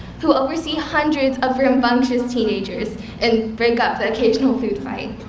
who oversee hundreds of rambunctious teenagers and break up the occasional food fight